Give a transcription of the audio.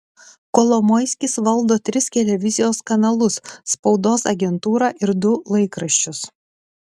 kolomoiskis valdo tris televizijos kanalus spaudos agentūrą ir du laikraščius